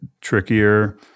trickier